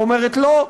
אומרת לא,